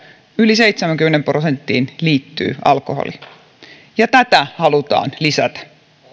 yli seitsemäänkymmeneen prosenttiin näistä liittyy alkoholi ja tätä halutaan lisätä